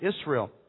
Israel